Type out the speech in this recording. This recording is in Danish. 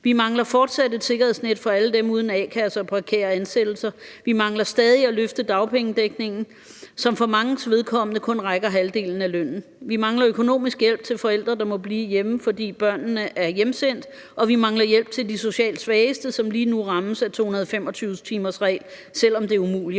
Vi mangler fortsat et sikkerhedsnet for alle dem uden a-kasse og i prekære ansættelser. Vi mangler stadig at løfte dagpengedækningen, som for manges vedkommende kun dækker halvdelen af lønnen. Vi mangler økonomisk hjælp til forældre, der må blive hjemme, fordi børnene er hjemsendt, og vi mangler hjælp til de socialt svageste, som lige nu rammes af 225-timersreglen, selv om det er umuligt